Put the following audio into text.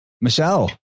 Michelle